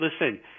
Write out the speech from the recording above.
Listen